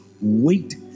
Wait